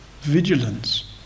vigilance